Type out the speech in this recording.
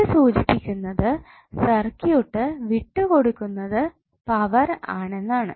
ഇത് സൂചിപ്പിക്കുന്നത് സർക്യൂട്ട് വിട്ടു കൊടുക്കുന്നത് പവർ ആണെന്നാണ്